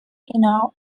inner